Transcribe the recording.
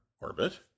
orbit